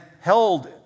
held